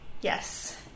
Yes